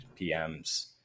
PMs